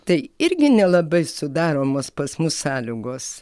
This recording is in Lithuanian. tai irgi nelabai sudaromos pas mus sąlygos